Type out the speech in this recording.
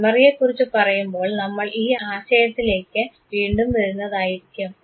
മെമ്മറിയെക്കുറിച്ച് പറയുമ്പോൾ നമ്മൾ ഈ ആശയത്തിലേക്ക് വീണ്ടും വരുന്നതായിരിക്കും